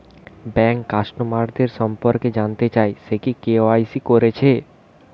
bank কাস্টমারদের সম্পর্কে জানতে চাই সে কি কে.ওয়াই.সি কোরেছে